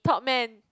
Top Men